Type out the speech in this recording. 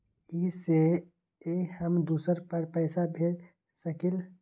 इ सेऐ हम दुसर पर पैसा भेज सकील?